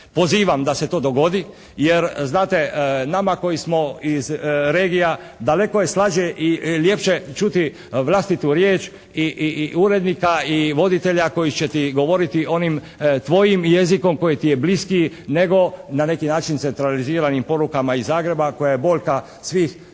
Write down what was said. Pozivam da se to dogodi jer znate nama koji smo iz regija daleko je slađe i ljepše čuti vlastitu riječ i urednika i voditelja koji će ti govoriti onim tvojim jezikom koji ti je bliskiji nego na neki način centraliziranim porukama iz Zagreba koja je boljka svih